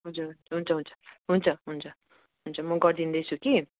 हुन्छ हुन्छ हुन्छ हुन्छ हुन्छ हुन्छ म गरिदिँदैछु कि